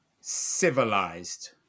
civilized